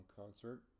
concert